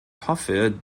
hoffe